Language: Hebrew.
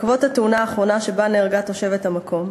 בעקבות התאונה האחרונה שבה נהרגה תושבת המקום,